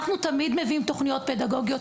אנחנו תמיד מביאים תוכניות פדגוגיות,